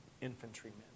infantrymen